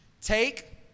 Take